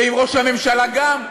ועם ראש הממשלה גם,